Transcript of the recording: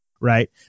Right